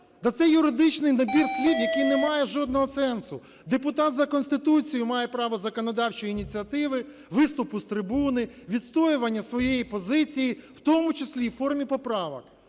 це юридичний набір слів, який не має жодного сенсу. Депутат за Конституцією має право законодавчої ініціативи, виступу з трибуни, відстоювання своєї позиції в тому числі і у формі поправок.